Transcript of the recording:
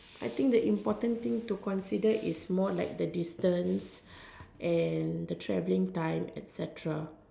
I think the important thing to consider is more like the distance and the traveling time etcetera